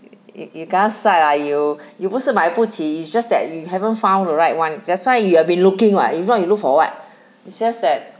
you you kanasai lah you you 不是买不起 it's just that you haven't found the right one that's why you have been looking [what] if not you look for what it's just that